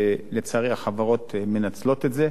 ולצערי החברות מנצלות את זה.